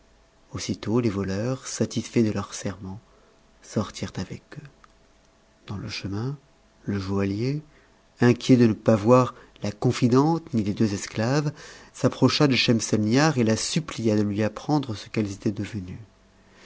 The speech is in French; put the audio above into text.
aussitôt les voleurs satisfaits de leur serment sortirent avec eux dans le chemin le joaillier inquiet de ne pas voir la confidente ni les eux esclaves s'approcha de schemselnibar et la supplia de lui apprendre e qu'elles étaient devenues